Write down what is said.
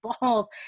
balls